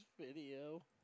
video